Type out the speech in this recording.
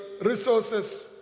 resources